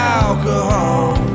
alcohol